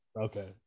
okay